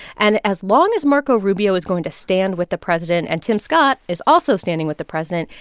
and as long as marco rubio is going to stand with the president and tim scott is also standing with the president,